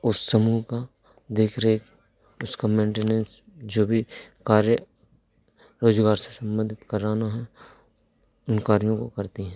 उस समूह की देख रेख उसका मेनटेनेंस जो भी कार्य रोज़गार से संबंधित कराना है उन कार्यों को करती हैं